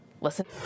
Listen